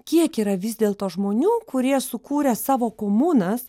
kiek yra vis dėlto žmonių kurie sukūrė savo komunas